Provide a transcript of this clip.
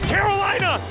Carolina